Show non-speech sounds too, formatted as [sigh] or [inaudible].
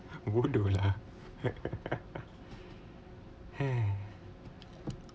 it won't do lah [laughs] [breath]